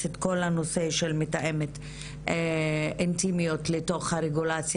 את כל הנושא של מתאמת אינטימיות לתוך הרגולציה,